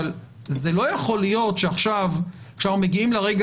אבל זה לא יכול להיות שעכשיו כשאנחנו מגיעים לרגע